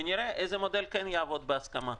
ונראה איזה מודל יעבוד בהסכמה.